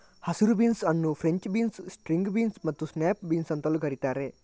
ಹಸಿರು ಬೀನ್ಸ್ ಅನ್ನು French beans, string beans ಮತ್ತು ಸ್ನ್ಯಾಪ್ ಬೀನ್ಸ್ ಅಂತಲೂ ಕರೀತಾರೆ